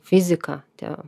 fizika ten